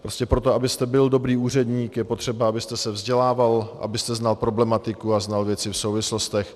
Prostě proto, abyste byl dobrý úředník, je potřeba, abyste se vzdělával, abyste znal problematiku a znal věci v souvislostech.